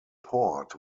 port